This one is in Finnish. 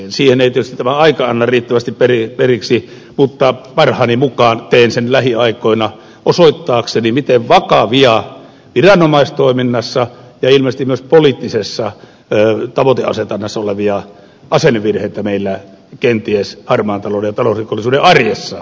siihen ei tietysti tämä aika anna riittävästi periksi mutta parhaani mukaan teen sen lähiaikoina osoittaakseni miten vakavia viranomaistoiminnassa ja ilmeisesti myös poliittisessa tavoiteasetannassa olevia asennevirheitä meillä kenties harmaan talouden ja talousrikollisuuden arjessa löytyy